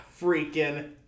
freaking